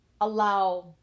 allow